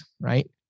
right